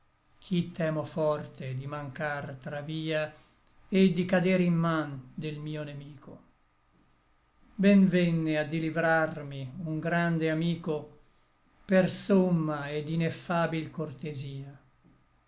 ch'i temo forte di mancar tra via et di cader in man del mio nemico ben venne a dilivrarmi un grande amico per somma et ineffabil cortesia